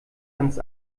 ans